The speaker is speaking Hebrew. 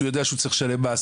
והוא יודע שהוא צריך לשלם מס.